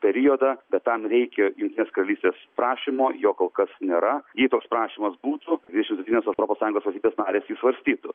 periodą bet tam reikia jungtinės karalystės prašymo jo kol kas nėra jei toks prašymas būtų dvidešim septynios europos sąjungos valstybės narės jį svarstytų